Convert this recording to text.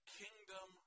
kingdom